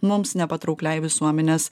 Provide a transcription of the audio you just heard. mums nepatraukliai visuomenės